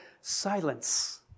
silence